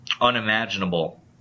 unimaginable